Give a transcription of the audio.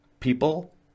People